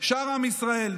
שאר עם ישראל,